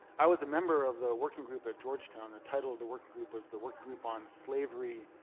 i was a member of the working group at georgetown. the title of the working group was the work group on slavery,